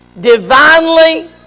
Divinely